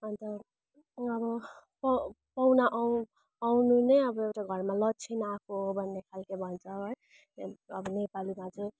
अन्त अब पाहु पाहुना आउ आउनु नै अब एउटा घरमा लच्छिन आएको हो भन्ने खालको भन्छ है अब नेपालीमा चाहिँ